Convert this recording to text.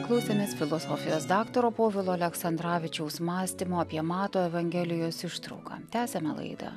klausėmės filosofijos daktaro povilo aleksandravičiaus mąstymo apie mato evangelijos ištrauką tęsiame laidą